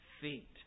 feet